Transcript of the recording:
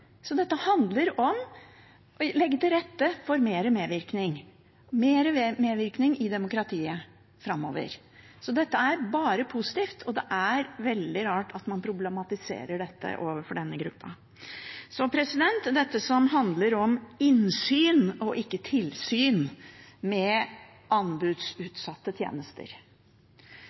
Så dette er bare positivt, og det er veldig rart at man problematiserer det overfor denne gruppen. Så til dette som handler om innsyn i, og ikke tilsyn med, anbudsutsatte tjenester.